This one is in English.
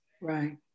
Right